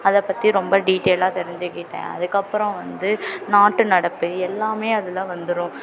அதை பற்றி ரொம்ப டீடியலாக தெரிஞ்சுக்கிட்டேன் அதுக்கு அப்புறம் வந்து நாட்டு நடப்பு எல்லாமே அதில் வந்துடும்